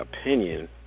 opinion